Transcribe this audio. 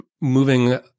moving